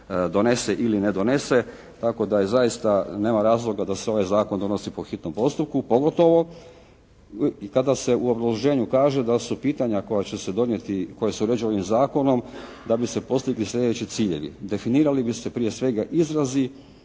donese ili ne donese, tako da zaista nema razloga da se ovaj zakon donosi po hitnom postupku, pogotovo kada se u obrazloženju kaže da su pitanja koja će se donijeti, koja se uređuju ovim zakonom da bi se postigli sljedeći ciljevi. Definirali bi se prije svega izrazi